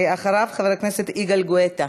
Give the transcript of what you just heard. אחריו, חבר הכנסת יגאל גואטה.